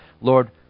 Lord